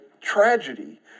tragedy